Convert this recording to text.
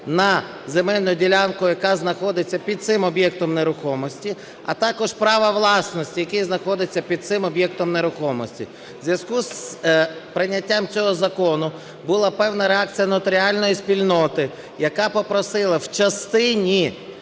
на земельну ділянку, яка знаходиться під цим об'єктом нерухомості, а також права власності, який знаходиться під цим об'єктом нерухомості. У зв'язку з прийняттям цього закону була певна реакція нотаріальної спільноти, яка попросила в частині